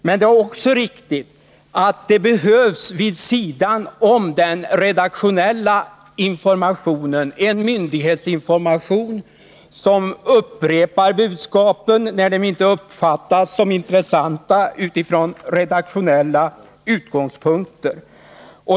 Men det är också riktigt att det behövs, vid sidan om den redaktionella informationen, en myndighetsinformation som upprepar budskapen när de inte uppfattas som intressanta utifrån redaktionella utgångspunkter.